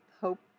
hope